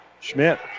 Schmidt